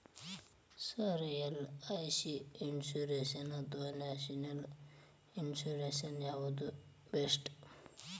Sir LIC insurance ಅಥವಾ national insurance ಯಾವುದು ಬೆಸ್ಟ್ರಿ?